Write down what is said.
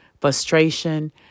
frustration